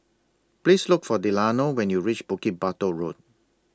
Please Look For Delano when YOU REACH Bukit Batok Road